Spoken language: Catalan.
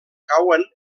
cauen